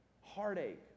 heartache